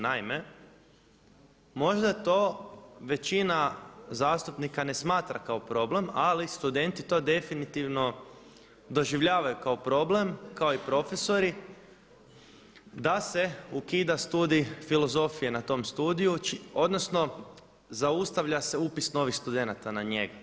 Naime, možda to većina zastupnika ne smatra kao problem, ali studenti to definitivno doživljavaju kao problem kao i profesori da se ukida studij filozofije na tom studiju, odnosno zaustavlja se upis novih studenata na njega.